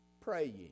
praying